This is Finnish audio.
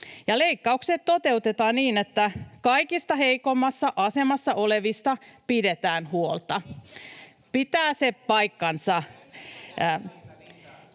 Leikkaukset toteutetaan niin, että kaikista heikoimmassa asemassa olevista pidetään huolta. [Vasemmalta: